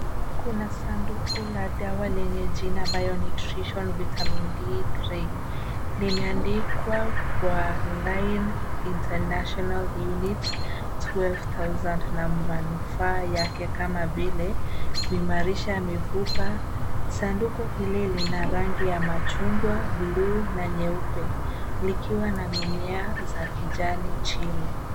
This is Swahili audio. Kuna sanduku la dawa lenye jina Bio Nutrition Vitamin D-3 limeandikwa kwa line international units twelve thousand na manufaa yake kama vile kuimarisha mifupa. Sanduku hili lina rangi ya machungwa' blue na nyeupe likiwa na mimea za kijani chini.